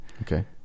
okay